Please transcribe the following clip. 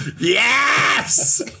Yes